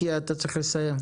כי אתה צריך לסיים.